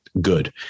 good